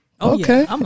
okay